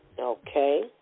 Okay